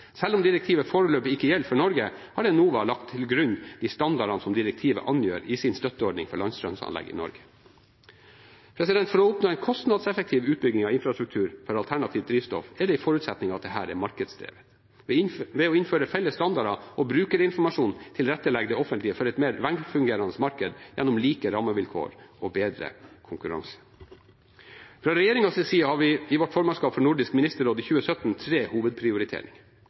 Selv om direktivet foreløpig ikke gjelder for Norge, har Enova lagt til grunn de standardene som direktivet angir i sin støtteordning for landstrømanlegg i Norge. For å oppnå en kostnadseffektiv utbygging av infrastruktur for alternativt drivstoff er det en forutsetning at dette er markedsdrevet. Ved å innføre felles standarder og brukerinformasjon tilrettelegger det offentlige for et mer velfungerende marked gjennom like rammevilkår og bedre konkurranse. Fra regjeringens side har vi i vårt formannskap for Nordisk ministerråd i 2017 tre